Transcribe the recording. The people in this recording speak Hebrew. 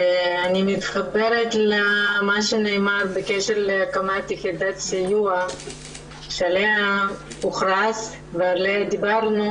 אני מתחברת למה שנאמר בקשר להקמת יחידת סיוע עליה הוכרז ועליה דיברנו